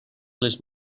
les